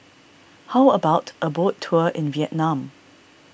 how about a boat tour in Vietnam